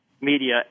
media